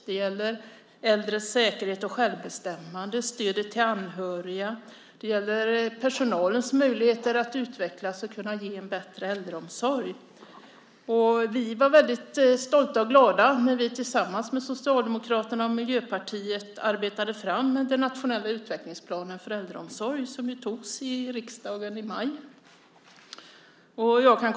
Det gäller äldres säkerhet och självbestämmande, stödet till anhöriga och personalens möjligheter att utvecklas för att kunna ge en bättre äldreomsorg. Vi var väldigt stolta och glada när vi tillsammans med Socialdemokraterna och Miljöpartiet arbetade fram den nationella utvecklingsplanen för äldreomsorgen, som antogs av riksdagen i maj.